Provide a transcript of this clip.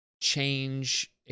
change